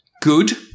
Good